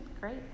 Great